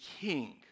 King